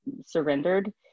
surrendered